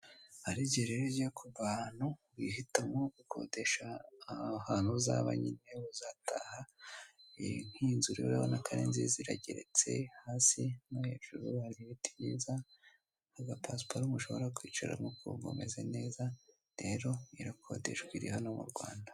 Hari ijyihe rero iyo ugiye kuva ahantu uhitamo gukodesha ahantu uzaba nyine uzataha iyi ninzu rero urabona ko arinziza irageretse hasi no hejuru hari ibiti byiza hasi hari agapasiparumu ushobora kwicara nuko ukumva umeze neza rero irakodeshwa iri hano mu Rwanda